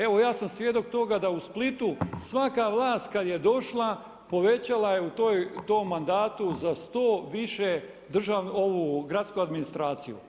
Evo ja sam svjedok toga da u Splitu svaka vlast kad je došla povećala je u tom mandatu za sto više gradsku administraciju.